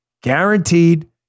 Guaranteed